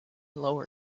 lower